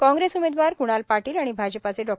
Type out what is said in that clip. कॉग्रेस उमेदवार क्णाल पाटील आणि भाजपाचे डॉ